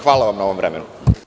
Hvala vam na ovom vremenu.